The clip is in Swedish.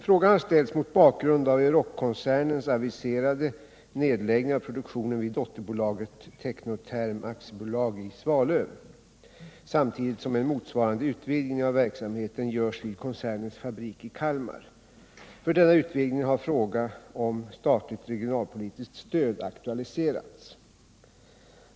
Frågan har ställts mot bakgrund av Euroc-koncernens aviserade nedläggning av produktionen vid dotterbolaget TeknoTerm AB i Svalöv, samtidigt som en motsvarande utvidgning av verksamheten görs vid koncernens fabrik i Kalmar. För denna utvidgning har fråga om statligt regionalpolitiskt stöd aktualiserats.